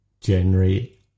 January